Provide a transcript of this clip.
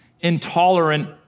intolerant